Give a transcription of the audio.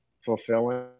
fulfilling